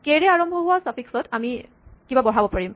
কে ৰে আৰম্ভ হোৱা চাফিক্সত আমি কিবা বঢ়াব পাৰিম